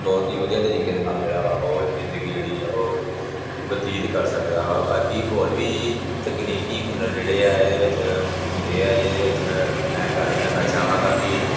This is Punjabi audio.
ਬਹੁਤ ਹੀ ਵਧੀਆ ਤਰੀਕੇ ਦੇ ਨਾਲ ਜਿਹੜਾ ਵਾ ਉਹ ਜ਼ਿੰਦਗੀ ਜਿਹੜੀ ਹੈ ਉਹ ਬਤੀਤ ਕਰ ਸਕਦਾ ਵਾ ਬਾਕੀ ਹੋਰ ਵੀ ਤਕਨੀਕੀ ਹੁਨਰ ਜਿਹੜੇ ਹੈ ਇਹਦੇ ਵਿੱਚ ਹੁੰਦੇ ਹੈ ਜਿਹਦੇ ਵਿੱਚ ਮੈਂ ਗੱਲ ਕਰਨਾ ਚਾਹਾਂਗਾ ਪੀ